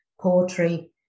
poetry